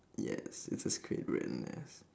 yes it's a skate brand yes